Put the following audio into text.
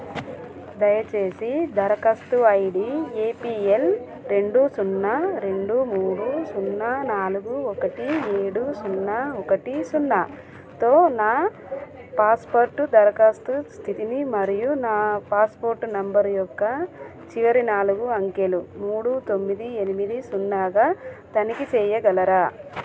దయచేసి దరఖాస్తు I D A P L రెండు సున్నా రెండు మూడు సున్నా నాలుగు ఒకటి ఏడు సున్నా ఒకటి సున్నాతో నా పాస్పోర్టు దరఖాస్తు స్థితిని మరియు నా పాస్పోర్టు నెంబర్ యొక్క చివరి నాలుగు అంకెలు మూడు తొమ్మిది ఎనిమిది సున్నాగా తనిఖీ చేయగలరా